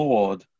Lord